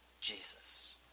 Jesus